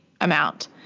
amount